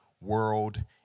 world